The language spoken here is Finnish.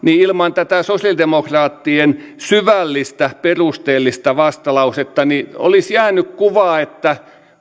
ilman tätä sosiaalidemokraattien syvällistä perusteellista vastalausetta olisi jäänyt kuva että